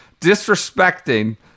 disrespecting